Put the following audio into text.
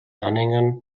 anhängern